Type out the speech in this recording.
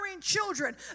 children